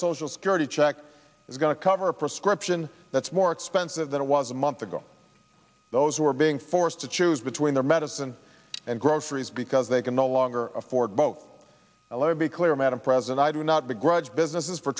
social security check is going to cover a prescription that's more expensive than it was a month ago those who are being forced to choose between their medicine and groceries because they can no longer afford both let it be clear madam president i do not begrudge businesses for